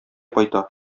кайта